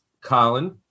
Colin